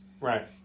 Right